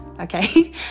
okay